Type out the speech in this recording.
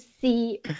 see